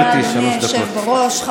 תודה, אדוני יושב-ראש הכנסת.